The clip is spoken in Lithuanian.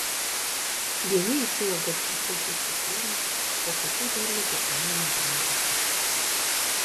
vieni iš šių augalų papuoš jūsų kiemą o kitų derlių bus galima valgyti